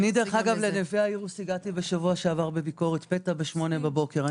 לנווה אירוס הגעתי בשבוע שעבר כביקורת פתע בשמונה בבוקר.